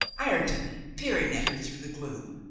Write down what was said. ireton, peering at her through the gloom,